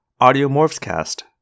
audiomorphscast